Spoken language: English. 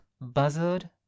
Buzzard